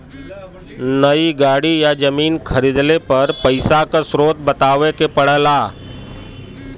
नई गाड़ी या जमीन खरीदले पर पइसा क स्रोत बतावे क पड़ेला